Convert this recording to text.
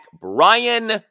Brian